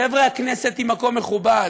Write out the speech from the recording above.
חבר'ה, הכנסת היא מקום מכובד.